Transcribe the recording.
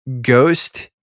Ghost